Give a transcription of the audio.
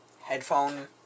headphone